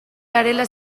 garela